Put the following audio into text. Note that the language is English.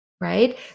right